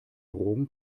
drogen